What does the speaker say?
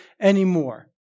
anymore